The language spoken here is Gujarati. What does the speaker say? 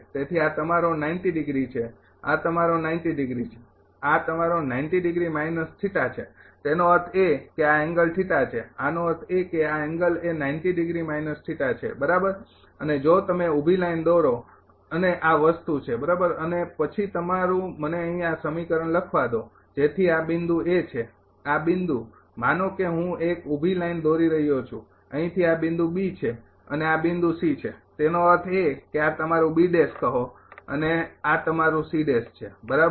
તેથી આ તમારો ડિગ્રી છે આ તમારો ડિગ્રી છે આ તમારો ડિગ્રી માઇનસ થીટા છે એનો અર્થ એ કે આ એંગલ થીટા છે આનો અર્થ એ કે આ એંગલએ ડિગ્રી માઇનસ થીટા છે બરાબર અને જો તમે ઊભી લાઈન દોરો અને આ વસ્તુ છે બરાબર અને પછી તમારું મને અહીં આ સમીકરણ લખવા દો જેથી આ બિંદુ છે આ બિંદુ માનો કે હું એક ઊભી લાઇન દોરી રહ્યો છું અહીંથી આ બિંદુ છે અને આ બિંદુ છે તેનો અર્થ એ કે આ તમારું કહો આ તમારુ છે બરાબર